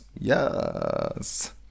Yes